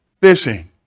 fishing